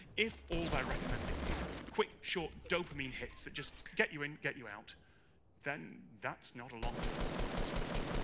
if all they're recommending is quick, short, dopamine hits that just get you in, get you out then, that's not a long-term survival strategy.